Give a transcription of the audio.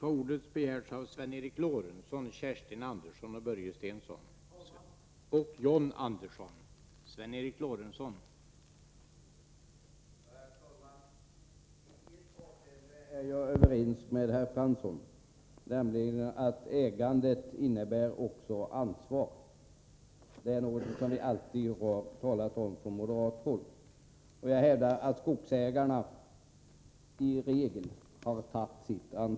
Jag vill yrka bifall till utskottets hemställan och avslag på de två reservationer som är fogade till betänkandet.